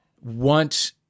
want